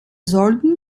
sollten